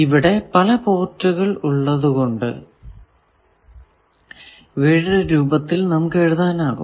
ഇവിടെ പല പോർട്ടുകൾ ഉള്ളത് കൊണ്ട് ഇവയുടെ രൂപത്തിൽ നമുക്ക് എഴുതാം